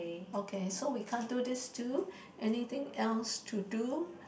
okay so we can't do this too anything else to do